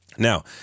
Now